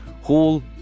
Hall